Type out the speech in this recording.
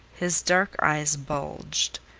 his dark eyes bulged.